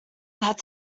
that